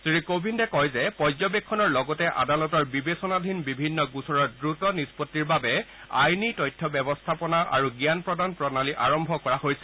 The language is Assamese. শ্ৰী কোবিন্দে কয় যে পৰ্যবেক্ষণৰ লগতে আদালতৰ বিবেচনাধীন বিভিন্ন গোচৰৰ দ্ৰুত নিষ্পত্তিৰ বাবে আইনী তথ্য ব্যৱস্থাপনা আৰু জান প্ৰদান প্ৰণালী আৰম্ভ কৰা হৈছে